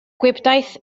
gwibdaith